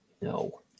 No